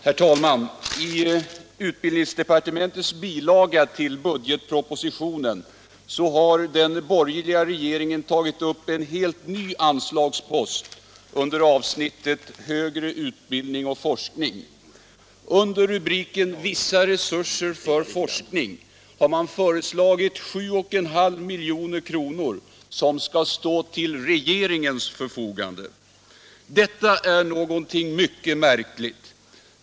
Herr talman! I bil. 12 till budgetpropositionen, utbildningsdepartementet, har den borgerliga regeringen tagit upp en helt ny anslagspost under avsnittet Högre utbildning och forskning. Under rubriken Vissa resurser för forskning har man föreslagit 7,5 milj.kr. som skall stå till regeringens förfogande. Detta är någonting mycket märkligt.